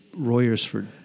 Royersford